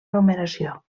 numeració